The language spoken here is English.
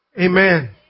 Amen